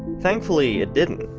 thankfully, it didn't.